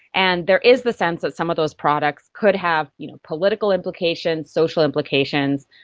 and there is the sense that some of those products could have you know political implications, social implications.